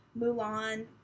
Mulan